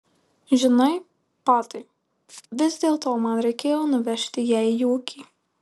žinai patai vis dėlto man reikėjo nuvežti ją į ūkį